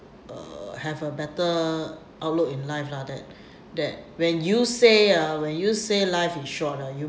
uh have a better outlook in life lah that that when you say ah when you say life is short ah you